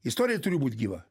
istorija turi būt gyva